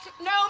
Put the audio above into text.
no